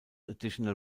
additional